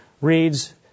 reads